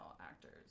actors